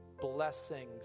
blessings